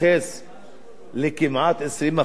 לכמעט 20% מאזרחי המדינה?